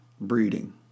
breeding